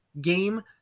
game